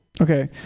Okay